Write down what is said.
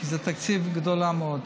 כי זה תקציב גדול מאוד.